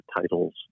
titles